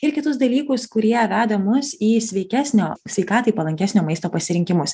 ir kitus dalykus kurie veda mus į sveikesnio sveikatai palankesnio maisto pasirinkimus